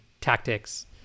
tactics